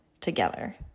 together